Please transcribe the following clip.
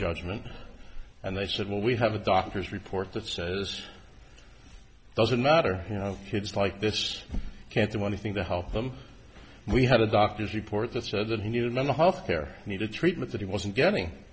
judgment and they said well we have a doctor's report that says it doesn't matter you know kids like this can't do anything to help them we had a doctor's report that said that he needed mental health care needed treatment that he wasn't getting